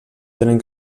tenen